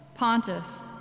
Pontus